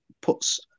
puts